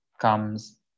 comes